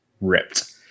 ripped